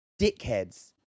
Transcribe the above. dickheads